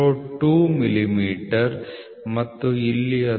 02 millimetre ಮತ್ತು ಇಲ್ಲಿ ಅದು 39